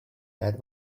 bad